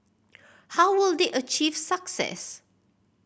how will they achieve success